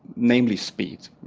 mainly speed,